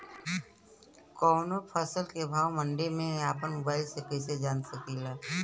कवनो फसल के भाव मंडी के अपना मोबाइल से कइसे जान सकीला?